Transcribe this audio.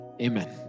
Amen